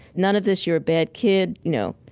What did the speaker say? none of this you're a bad kid. no.